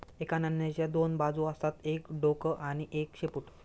एका नाण्याच्या दोन बाजू असतात एक डोक आणि एक शेपूट